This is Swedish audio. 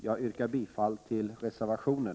Jag yrkar bifall till reservationen.